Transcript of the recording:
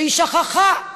שהיא שכחה.